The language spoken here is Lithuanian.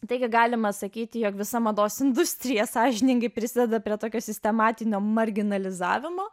taigi galima sakyti jog visa mados industrija sąžiningai prisideda prie tokio sistematinio marginalizavimo